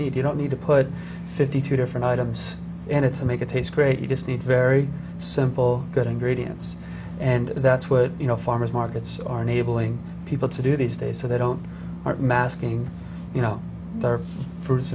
need you don't need to put fifty two different items in it to make it taste great you just need very simple good ingredients and that's what you know farmers markets are unable people to do these days so they don't mask you you know their fruits